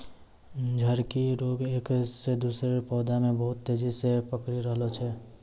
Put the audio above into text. झड़की रोग एक से दुसरो पौधा मे बहुत तेजी से पकड़ी रहलो छै